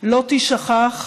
לא תישכח מליבנו,